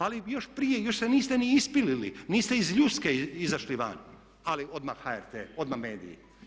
Ali još prije, još se niste ni ispilili, niste iz ljuske izašli van ali odmah HRT, odmah mediji.